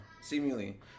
seemingly